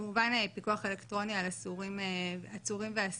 כמובן פיקוח אלקטרוני על עצורים ואסירים,